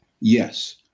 Yes